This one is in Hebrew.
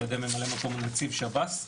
על ידי ממלא מקום נציב שב"ס,